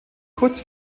kurz